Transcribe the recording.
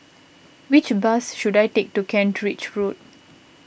which bus should I take to Kent Ridge Road